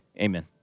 Amen